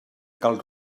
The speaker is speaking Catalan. cal